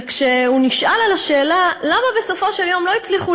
וכשהוא נשאל למה בסופו של דבר לא הצליחו